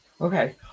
Okay